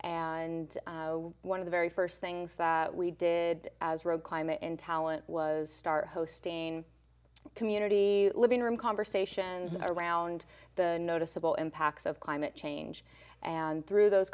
and one of the very st things that we did as road climate in talent was start hosting community living room conversation around the noticeable impacts of climate change and through those